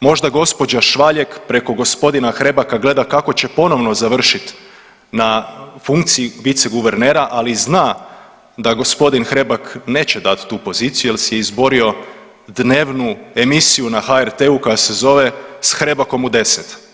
možda gospođa Švaljeg preko gospodina Hrebaka gleda kako će ponovno završiti na funkciji viceguvernera, ali zna da gospodin Hrebak neće dati tu poziciju jer si je izborio dnevnu emisiju na HRT-u koja se zove „S Hrebakom u 10“